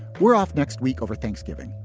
we're off next week over thanksgiving,